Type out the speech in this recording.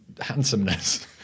handsomeness